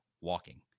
walking